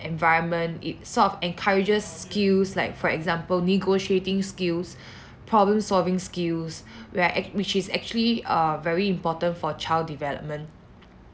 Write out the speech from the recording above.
environment it sort of encourages skills like for example negotiating skills problem solving skills where act~ which is actually err very important for child development